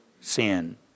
sin